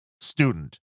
student